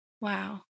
Wow